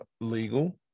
legal